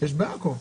אגב,